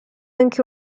anche